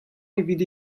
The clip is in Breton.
evit